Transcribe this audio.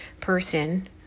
person